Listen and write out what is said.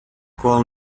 call